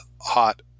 hot